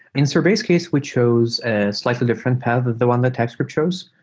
in sorbet's case, we chose a slightly different path that the one that typescript chose.